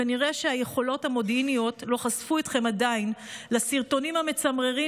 כנראה שהיכולות המודיעיניות לא חשפו אתכם עדיין לסרטונים המצמררים